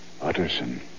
Utterson